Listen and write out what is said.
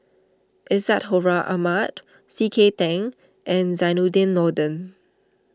Isadhora Mohamed C K Tang and Zainudin Nordin